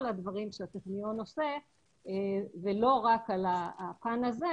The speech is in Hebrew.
הדברים שהטכניון עושה ולא רק על הפן הזה,